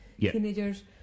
teenagers